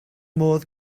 modd